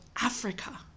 Africa